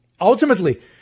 Ultimately